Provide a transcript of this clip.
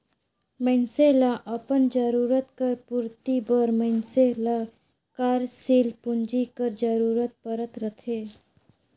मइनसे ल अपन जरूरत कर पूरति बर मइनसे ल कारसील पूंजी कर जरूरत परत रहथे